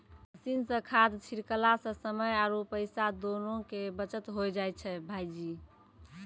machine सॅ खाद छिड़कला सॅ समय आरो पैसा दोनों के बचत होय जाय छै भायजी